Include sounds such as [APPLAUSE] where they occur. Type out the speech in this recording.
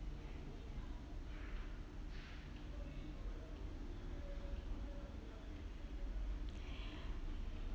[BREATH]